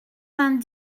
vingt